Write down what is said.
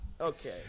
Okay